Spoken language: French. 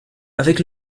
avec